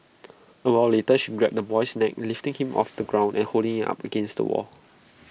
A while later she grabbed the boy's neck lifting him off the ground and holding him up against the wall